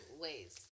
ways